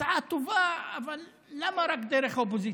הצעה טובה, אבל למה רק דרך האופוזיציה?